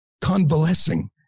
convalescing